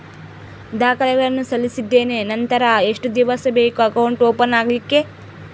ದಾಖಲೆಗಳನ್ನು ಸಲ್ಲಿಸಿದ್ದೇನೆ ನಂತರ ಎಷ್ಟು ದಿವಸ ಬೇಕು ಅಕೌಂಟ್ ಓಪನ್ ಆಗಲಿಕ್ಕೆ?